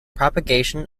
propagation